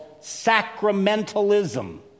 sacramentalism